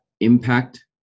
impact